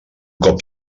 cop